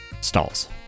stalls